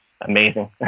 amazing